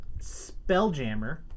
Spelljammer